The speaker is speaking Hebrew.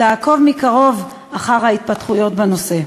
תעקוב מקרוב אחר ההתפתחויות בנושא.